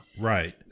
right